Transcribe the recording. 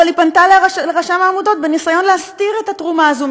אבל היא פנתה לרשם העמותות בניסיון להסתיר את התרומה הזאת,